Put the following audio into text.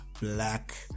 black